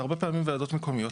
שהרבה פעמים ועדות מקומיות,